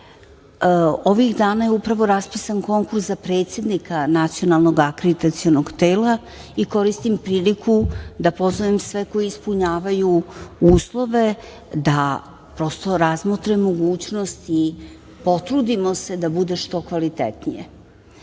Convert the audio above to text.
Ovih dana je upravo raspisan konkurs za predsednika Nacionalnog akreditacionog tela i koristim priliku da pozovem sve koji ispunjavaju uslove da razmotre mogućnost i potrudimo se da bude što kvalitetnije.U